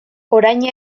orain